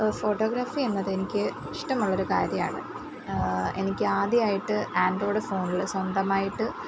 photography എന്നത് എനിക്ക് ഇഷ്ടമുള്ളൊരു കാര്യമാണ് എനിക്ക് ആദ്യമായിട്ട് ആൻഡ്രോയ്ഡ് ഫോണില് സ്വന്തമായിട്ട്